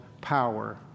power